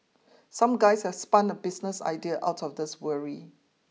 some guys have spun a business idea out of this worry